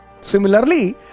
Similarly